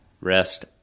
rest